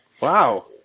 Wow